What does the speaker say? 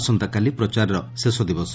ଆସନ୍ତାକାଲି ପ୍ରଚାରର ଶେଷ ଦିବସ